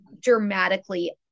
dramatically